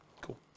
Cool